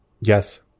Yes